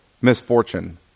misfortune